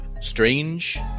strange